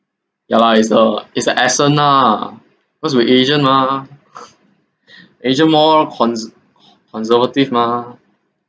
ya lah is the is the accent nah cause we asian mah asian more cons~ conservative mah